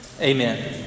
Amen